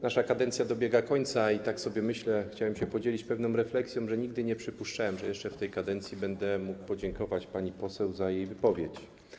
Nasza kadencja dobiega końca i tak sobie myślę, chciałem się podzielić pewną refleksją, że nigdy nie przypuszczałem, że jeszcze w tej kadencji będę mógł podziękować pani poseł za jej wypowiedź.